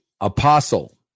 apostle